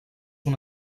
una